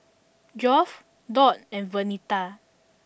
Geoff Dot and Vernita